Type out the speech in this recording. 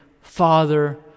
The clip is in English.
Father